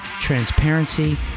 transparency